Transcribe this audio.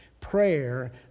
prayer